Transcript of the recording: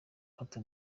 hato